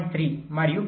3 మరియు 0